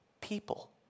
people